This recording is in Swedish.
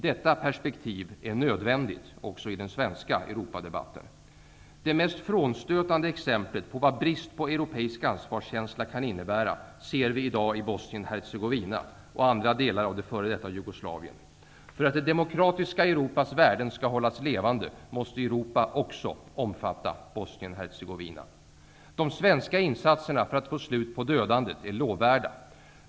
Detta perspektiv är nödvändigt också i den svenska Det mest frånstötande exemplet på vad brist på europeisk ansvarskänsla kan innebära ser vi i dag i Jugoslavien. För att det demokratiska Europas värden skall hållas levande, måste Europa omfatta också Bosnien-Hercegovina. De svenska insatserna för att få slut på dödandet är lovvärda.